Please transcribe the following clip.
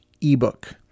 ebook